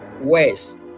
ways